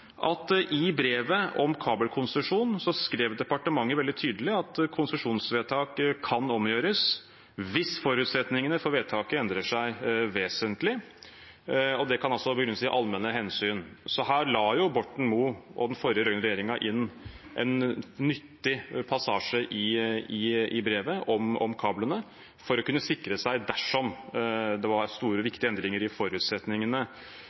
at i brevet om kabelkonsesjon skrev departementet veldig tydelig at konsesjonsvedtak kan omgjøres hvis forutsetningene for vedtaket endrer seg vesentlig. Det kan altså begrunnes i allmenne hensyn, så her la Borten Moe og den forrige rød-grønne regjeringen inn en nyttig passasje i brevet om kablene, for å kunne sikre seg dersom det var store og viktige endringer i forutsetningene.